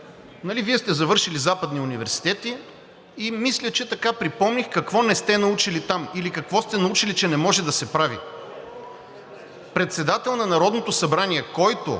Вие сте завършили западни университети, и мисля, че припомних какво не сте научили там или какво сте научили, че не може да се прави. Председател на Народното събрание, който